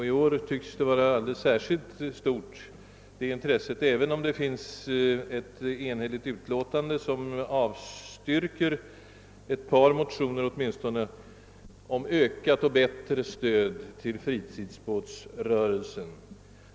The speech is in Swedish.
Intresset tycks i år vara särskilt stort, även om ett enhälligt utskott har avstyrkt ett par motioner, bl.a. min om bättre stöd till fritidsbåtsrörelsen.